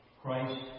Christ